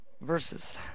verses